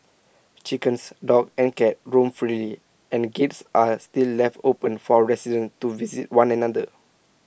chickens dogs and cats roam freely and gates are still left open for residents to visit one another